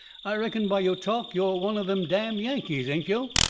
i reckon by yo' talk yo' are one of them damn yankees, ain't yo'?